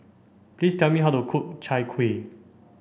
please tell me how to cook Chai Kuih